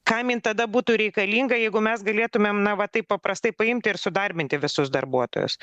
kam jin tada būtų reikalinga jeigu mes galėtumėm na va taip paprastai paimti ir sudarbinti visus darbuotojus